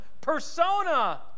persona